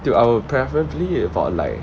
dude I will preferably about like